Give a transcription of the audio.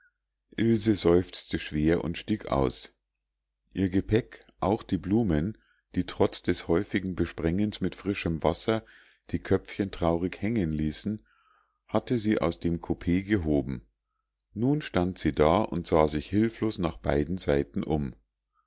ilse seufzte schwer und stieg aus ihr gepäck auch die blumen die trotz des häufigen besprengens mit frischem wasser die köpfchen traurig hängen ließen hatte sie aus dem koupee gehoben nun stand sie da und sah sich hilflos nach beiden seiten um